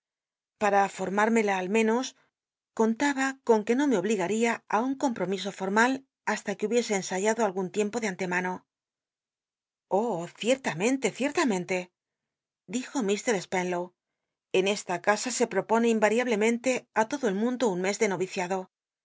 para formármela al menos contaba con que no me obligaría i firmar un compt'omi o rotmal hasta c uc hubiese cnsayadv algnn tirmpo de antemano oh icrtamcntc l'il'rlanwntc dijo mr spenlow en c ta casa e pmponc imal'iablcmrntt tódo el mundo un mes de no'iciado